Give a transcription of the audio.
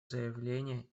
заявление